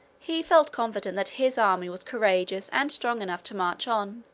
he felt confident that his army was courageous and strong enough to march on,